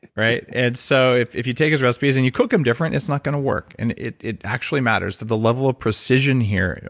and so if if you take his recipes and you cook them different, it's not going to work. and it it actually matters to the level of precision here.